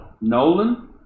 Nolan